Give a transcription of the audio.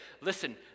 listen